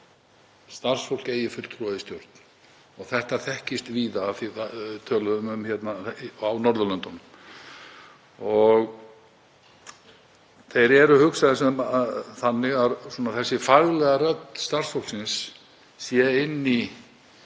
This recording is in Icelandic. starfsfólk eigi fulltrúa í stjórn og þetta þekkist víða á Norðurlöndunum. Þeir eru hugsaðir þannig að þessi faglega rödd starfsfólksins sé inni í